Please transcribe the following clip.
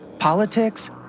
politics